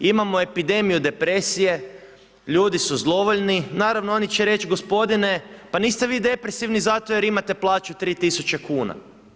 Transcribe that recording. Imamo epidemiju depresije, ljudi su zlovoljni, naravno oni će reći g. pa niste vi depresivni zato jer imate plaću 3000 kn.